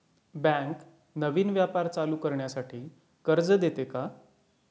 Bank नवीन व्यापार चालू करण्यासाठी कर्ज देते का?